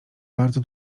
bardzo